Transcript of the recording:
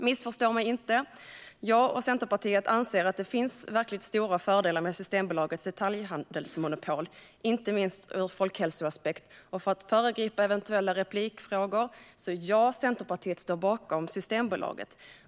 Missförstå mig inte - jag och Centerpartiet anser att det finns verkligt stora fördelar med Systembolagets detaljhandelsmonopol, inte minst utifrån en folkhälsoaspekt. För att föregripa eventuella replikfrågor vill jag säga: Ja, Centerpartiet står bakom Systembolaget.